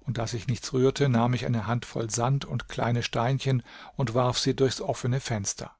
und da sich nichts rührte nahm ich eine handvoll sand und kleine steinchen und warf sie durchs offene fenster